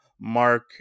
Mark